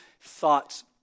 thoughts